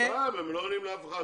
הם לא עונים לאף אחד.